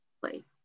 place